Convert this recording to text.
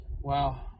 Wow